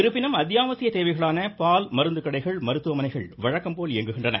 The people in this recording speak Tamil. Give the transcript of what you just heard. இருப்பினும் அத்தியாவசிய தேவைகளான பால் மருந்துக்கடைகள் மருத்துவமனைகள் வழக்கம்போல் இயங்குகின்றன